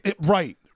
Right